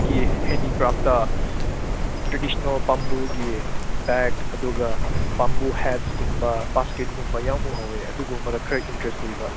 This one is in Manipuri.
ꯒꯤ ꯍꯦꯟꯗꯤꯀ꯭ꯔꯥꯐꯠꯇꯥ ꯇ꯭ꯔꯦꯗꯤꯁꯟꯅꯦꯜ ꯕꯥꯝꯕꯨꯒꯤ ꯕꯦꯒ ꯑꯗꯨꯒ ꯕꯥꯝꯕꯨ ꯍꯦꯠꯀꯨꯝꯕ ꯕꯥꯁꯀꯦꯠꯀꯨꯝꯕ ꯌꯥꯎꯕ ꯎꯍꯧꯋꯦ ꯑꯗꯨꯒꯨꯝꯕꯗ ꯈꯔ ꯏꯟꯇꯔꯦꯁꯠ ꯂꯩꯕ